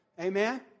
Amen